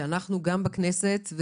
שמענו בכנסת,